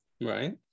Right